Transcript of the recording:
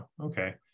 okay